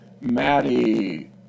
Maddie